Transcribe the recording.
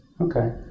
Okay